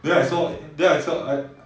then I saw then I saw I